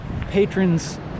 patrons